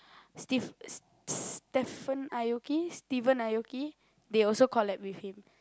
Steve S~ Stephen-Aoki Steven-Aoki they also collab with him